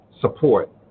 support